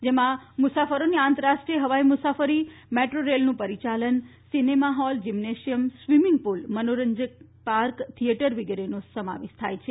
જેમાં મુસાફરોની આંતરરાષ્ટ્રીય હવાઈ મુસાફરી મેટ્રો રેલનું પરિયાલન cinema hall gymnasium swimming pool મનોરંજન પાર્ક થિયેટર વગેરેનો સમાવેશ થાય છે